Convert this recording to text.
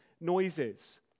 noises